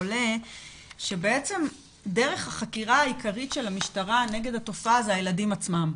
עולה שבעצם דרך החקירה העיקרית של המשטרה נגד התופעה זה הילדים עצמם,